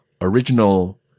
original